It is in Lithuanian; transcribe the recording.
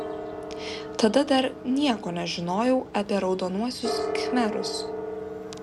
tada dar nieko nežinojau apie raudonuosius khmerus